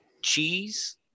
Cheese